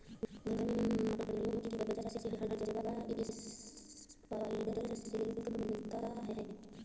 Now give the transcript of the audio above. घर में मकड़ियों की वजह से हर जगह स्पाइडर सिल्क मिलता है